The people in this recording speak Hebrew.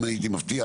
אם הייתי מבטיח,